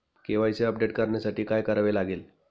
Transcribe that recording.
KYC update करण्यासाठी काय करावे लागेल?